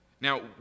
Now